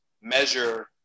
measure